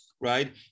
right